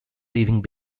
living